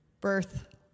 Birth